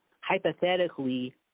hypothetically